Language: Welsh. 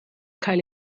gael